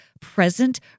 present